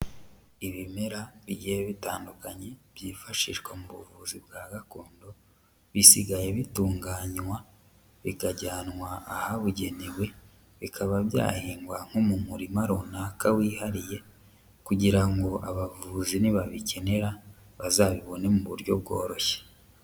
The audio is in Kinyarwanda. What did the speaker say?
Ibimera bigiye bitandukanye byifashishwa mu buvuzi bwa gakondo, bisigaye bitunganywa bikajyanwa ahabugenewe, bikaba byahingwa nko mu murima runaka wihariye, kugira ngo abavuzi nibabikenera bazabibone mu buryo bworoshye.